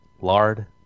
lard